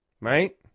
right